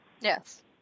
Yes